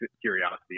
curiosity